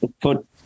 put